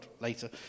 later